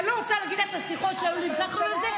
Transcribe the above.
אני לא רוצה להגיד לך את השיחות שהיו לי עם כחלון על זה.